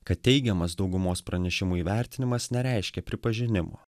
kad teigiamas daugumos pranešimų įvertinimas nereiškia pripažinimo